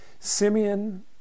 Simeon